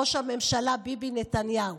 ראש הממשלה ביבי נתניהו: